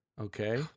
Okay